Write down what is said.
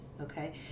Okay